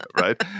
Right